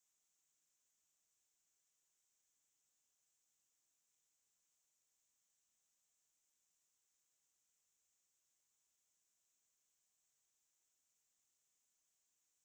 um COVID இல்ல:illa COVID க்காக தடுப்பூசிக்காக கண்டு புடுச்ச நிறுவனம் பேர்:kkaaga thaduppoosikkaaga kandu puducha niruvanam per pfizer அது வந்து இப்ப நடுவுல ஒரு எங்க இருந்து வந்ததுனா:athu vanthu ippa naduvula oru enga irunthu vanthathunaa err U_K